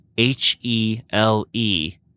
H-E-L-E